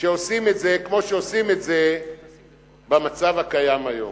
כשעושים את זה כמו שעושים את זה במצב הקיים היום.